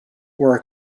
were